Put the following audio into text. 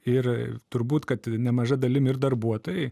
ir turbūt kad nemaža dalim ir darbuotojai